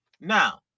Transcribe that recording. Now